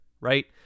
right